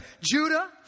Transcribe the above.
Judah